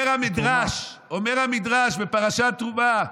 אומר המדרש בפרשת תרומה: